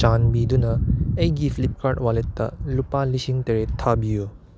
ꯆꯥꯟꯕꯤꯗꯨꯅ ꯑꯩꯒꯤ ꯐ꯭ꯂꯤꯞꯀꯥꯔꯠ ꯋꯥꯜꯂꯦꯠꯇ ꯂꯨꯄꯥ ꯂꯤꯁꯤꯡ ꯇꯔꯦꯠ ꯊꯥꯕꯤꯌꯨ